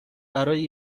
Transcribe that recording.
برای